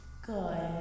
Good